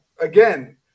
again